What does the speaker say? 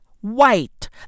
white